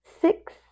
six